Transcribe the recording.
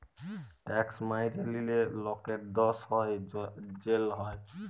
tax ম্যাইরে লিলে লকের দস হ্যয় জ্যাল হ্যয়